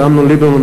ואמנון ליברמן,